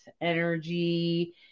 energy